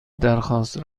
درخواست